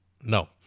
no